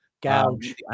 Gouge